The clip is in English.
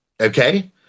Okay